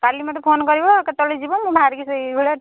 କାଲି ମୋତେ ଫୋନ କରିବ କେତେବେଳେ ଯିବ ମୁଁ ବାହାରିକି ସେଇଭଳିଆ